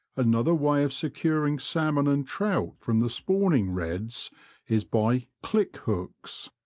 another way of securing salmon and trout from the spawning redds is by click hooks.